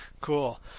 Cool